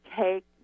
take